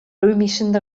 römischen